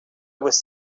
was